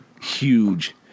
huge